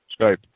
Skype